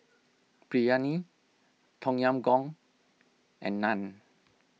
Biryani Tom Yam Goong and Naan